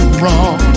wrong